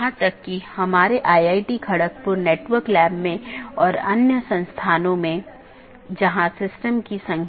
तो इसका मतलब यह है कि OSPF या RIP प्रोटोकॉल जो भी हैं जो उन सूचनाओं के साथ हैं उनका उपयोग इस BGP द्वारा किया जा रहा है